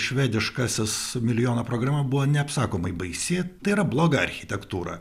švediškasis milijono programa buvo neapsakomai baisi tai yra bloga architektūra